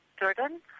Jordan